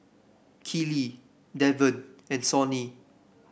Keeley Deven and Sonny